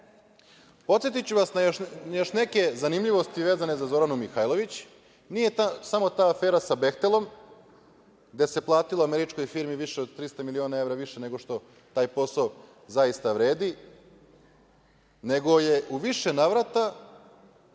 izglasaju. Podsetiću vas na još neke zanimljivosti vezane za Zoranu Mihajlović. Nije samo ta afera sa „Behtelom“, gde se platilo američkoj firmi više od 300 miliona evra više nego što taj posao zaista vredi, nego je u više navrata